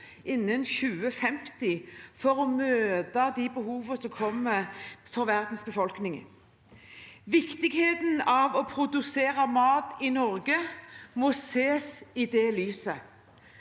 innen 2050 for å møte de behovene som kommer for verdens befolkning. Viktigheten av å produsere mat i Norge må ses i lys